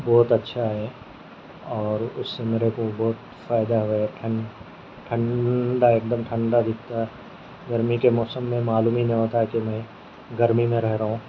بہت اچھا ہے اور اس سے میرے کو بہت فائدہ ہے ٹھنڈ ٹھنڈہ ایک دم ٹھنڈہ دکھتا ہے گرمی کے موسم میں معلوم ہی نہیں ہوتا کہ میں گرمی میں رہ رہا ہوں